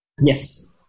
Yes